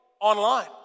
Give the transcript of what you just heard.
online